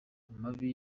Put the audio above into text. amabi